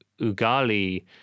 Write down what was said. ugali